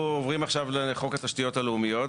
אנחנו עוברים עכשיו לחוק התשתיות הלאומיות.